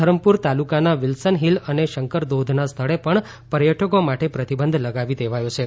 ધરમપુર તાલુકાના Wilson hill અને શંકરધોધના સ્થળે પણ પર્યટકો માટે પ્રતિબંધ લગાવી દેવાયો છે